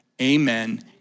amen